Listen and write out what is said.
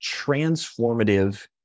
transformative